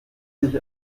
sich